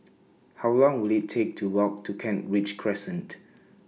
How Long Will IT Take to Walk to Kent Ridge Crescent